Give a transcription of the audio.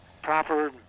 proper